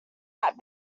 that